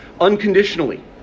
unconditionally